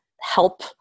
help